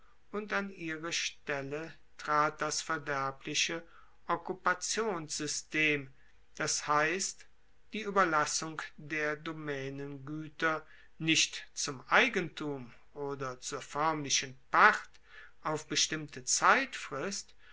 und an ihre stelle trat das verderbliche okkupationssystem das heisst die ueberlassung der domaenengueter nicht zum eigentum oder zur foermlichen pacht auf bestimmte zeitfrist